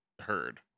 heard